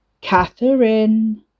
Catherine